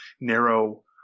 narrow